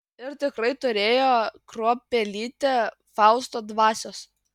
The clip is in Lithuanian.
ir tikrai turėjo kruopelytę fausto dvasios